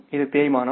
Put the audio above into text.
இது தேய்மானம்